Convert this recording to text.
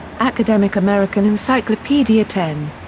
academic american encyclopedia ten.